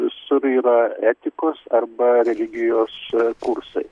visur yra etikos arba religijos kursai